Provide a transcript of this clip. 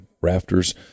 Rafters